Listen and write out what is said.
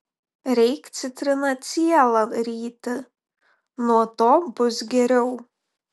reik citriną cielą ryti nuo to bus geriau